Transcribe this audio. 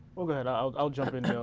well go ahead, i'll jump in.